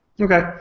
Okay